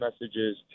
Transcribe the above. messages